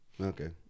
Okay